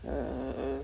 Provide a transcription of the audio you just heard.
err